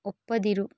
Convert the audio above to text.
ಒಪ್ಪದಿರು